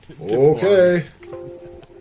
Okay